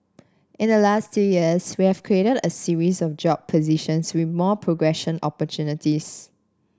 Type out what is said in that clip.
in the last two years we've created a series of job positions with more progression opportunities